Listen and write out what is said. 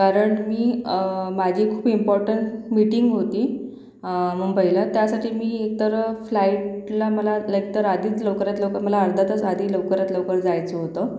current मी माझी खूप इम्पाॅर्टंट मिटिंग होती मुंबईला त्यासाठी मी एकतर फ्लाईटला मला लेकतर आधीच लवकरात लवकर मला अर्धा तास आधी लवकरात लवकर जायचं होतं